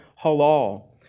halal